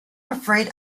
afraid